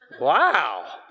wow